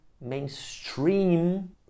mainstream